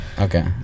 Okay